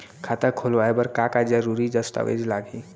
खाता खोलवाय बर का का जरूरी दस्तावेज लागही?